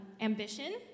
ambition